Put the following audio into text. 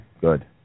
Good